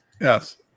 Yes